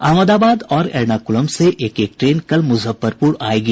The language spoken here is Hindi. अहमदाबाद और एर्नाकुलम से एक एक ट्रेन कल मुजफ्फरपुर आयेगी